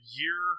year